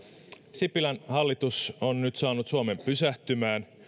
sipilän hallitus on nyt saanut suomen pysähtymään